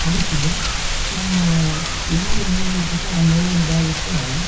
ಕಲಿಸಿ ನಮ್ಮ ಎಲ್ಲಿ ನೋವಿರ್ತತೊ ಆ ನೋವಿನ ಭಾಗಕ್ಕೆ